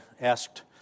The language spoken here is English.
asked